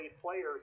players